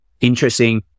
Interesting